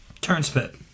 Turnspit